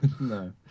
No